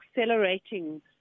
accelerating